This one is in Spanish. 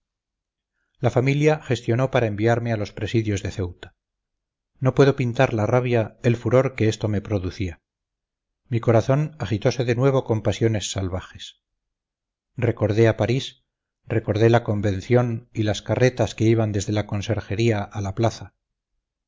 la familia gestionó para enviarme a los presidios de ceuta no puedo pintar la rabia el furor que esto me producía mi corazón agitose de nuevo con pasiones salvajes recordé a parís recordé la convención y las carretas que iban desde la conserjería a la plaza